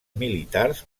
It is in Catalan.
militars